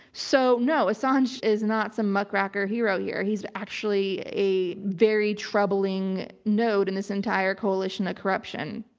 so no, assange is not some muckraker hero here. he's actually a very troubling node in this entire coalition of corruption.